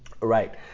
Right